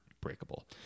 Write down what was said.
breakable